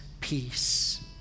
peace